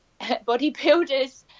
bodybuilders